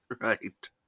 right